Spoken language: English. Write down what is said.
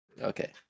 Okay